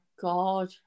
God